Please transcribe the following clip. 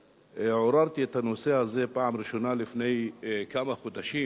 כשעוררתי את הנושא הזה בפעם הראשונה לפני כמה חודשים,